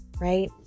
right